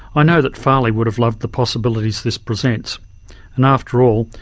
ah know that farley would have loved the possibilities this presents and after all,